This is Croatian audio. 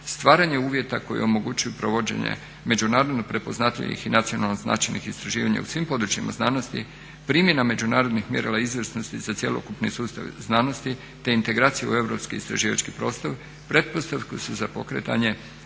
stvaranje uvjeta koji omogućuju provođenje međunarodno prepoznatljivih i nacionalno značajnih istraživanja u svim područjima znanosti, primjena međunarodnih mjerila izvrsnosti za cjelokupni sustav znanosti te integraciju u europski istraživački prostor pretpostavke su za pokretanje